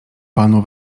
panu